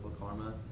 karma